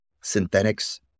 Synthetics